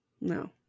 No